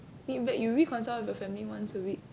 meet back you reconcile with your family once a week